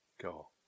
go